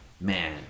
man